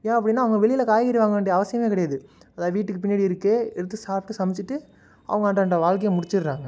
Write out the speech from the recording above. ஏன் அப்படின்னா அவங்க வெளியில் காய்கறி வாங்க வேண்டிய அவசியமே கிடையாது அதுதான் வீட்டுக்கு பின்னாடி இருக்குது எடுத்து சாப்பிட்டு சமைச்சிட்டு அவங்க அன்றாட வாழ்க்கையை முடிச்சிகிறாங்க